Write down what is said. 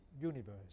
universe